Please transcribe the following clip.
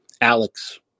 alex